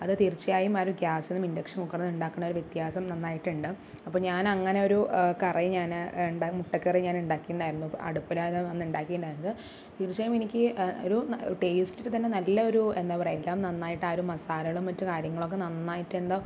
അത് തീർച്ചയായും ഒരു ഗ്യാസിനും ഇൻഡക്ഷൻ കുക്കറിനും ഉണ്ടാക്കുന്ന ഒരു വ്യത്യാസം നന്നായിട്ട് ഉണ്ട് അപ്പം ഞാൻ അങ്ങനെയൊരു കറി ഞാൻ ഉണ്ടാക്കി മുട്ടക്കറി ഞാൻ ഉണ്ടാക്കിയിട്ടുണ്ടായിരുന്നു അടുപ്പിലായിരുന്നു അന്ന് ഉണ്ടാക്കിയിട്ടുണ്ടായിരുന്നത് തീർച്ചയായും എനിക്ക് ഒരു ടേസ്റ്റിൽ തന്നെ നല്ലൊരു എന്താ പറയുക എല്ലാം നന്നായിട്ട് ആ ഒരു മസാലകളും മറ്റു കാര്യങ്ങളൊക്കെ നന്നായിട്ട് എന്താ